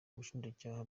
ubushinjacyaha